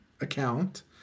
account